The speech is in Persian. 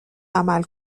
عمل